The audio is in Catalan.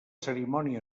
cerimònia